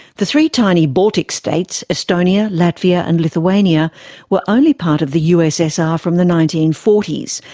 the three tiny baltic states estonia, latvia and lithuania were only part of the ussr from the nineteen forty s,